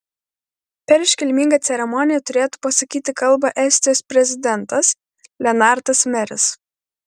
per iškilmingą ceremoniją turėtų pasakyti kalbą estijos prezidentas lenartas meris